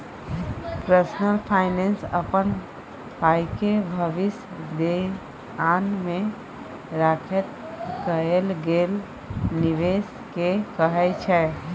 personal finance अपन पाइके भबिस धेआन मे राखैत कएल गेल निबेश केँ कहय छै